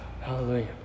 hallelujah